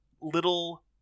little